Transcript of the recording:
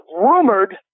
rumored